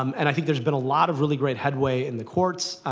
um and i think there's been a lot of really great headway in the courts,